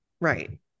Right